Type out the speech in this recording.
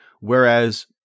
whereas